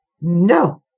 no